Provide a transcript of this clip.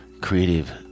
creative